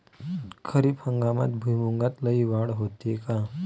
खरीप हंगामात भुईमूगात लई वाढ होते का?